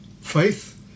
faith